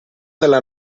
della